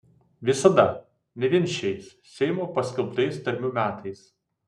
visada ne vien šiais seimo paskelbtais tarmių metais